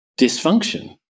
dysfunction